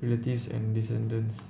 relatives and descendants